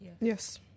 Yes